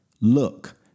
Look